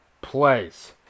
place